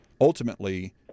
ultimately